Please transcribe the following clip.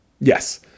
Yes